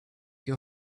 your